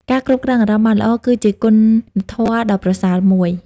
ការគ្រប់គ្រងអារម្មណ៍បានល្អ គឺជាគុណធម៌ដ៏ប្រសើរមួយ។